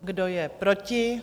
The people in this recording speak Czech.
Kdo je proti?